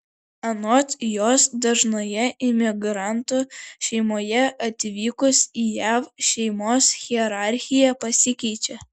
anot jos dažnoje imigrantų šeimoje atvykus į jav šeimos hierarchija pasikeičia